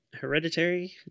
hereditary